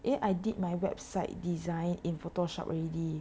eh I did my website design in Photoshop already